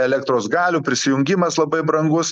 elektros galių prisijungimas labai brangus